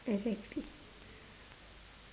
exactly